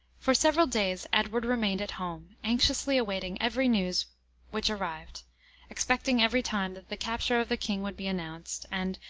for several days edward remained at home, anxiously awaiting every news which arrived expecting every time that the capture of the king would be announced, and,